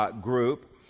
group